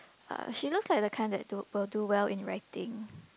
uh she looks like the kind that do will do well in the writing